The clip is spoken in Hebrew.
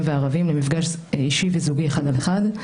וערבים למפגש אישי וזוגי אחד על אחד,